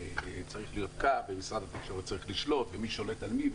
ושצריך להיות קו ושמשרד התקשורת צריך לשלוט ומי שולט על מי,